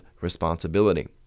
responsibility